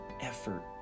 effort